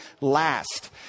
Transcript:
last